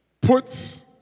Puts